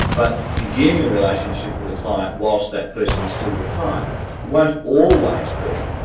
but beginning a relationship with a client whilst that person is still your client won't always be,